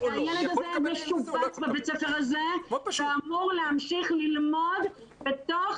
הילד הזה משובץ בבית ספר הזה ואמור להמשיך ללמוד בתוך